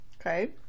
Okay